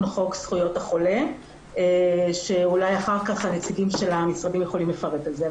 חוק זכויות החולה שאולי אחר כך הנציגים של המשרדים יכולים לפרט על זה.